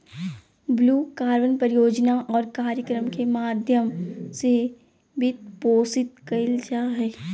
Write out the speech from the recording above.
blue carbon परियोजना और कार्यक्रम के माध्यम से वित्तपोषित कइल जा हइ